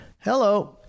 Hello